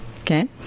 Okay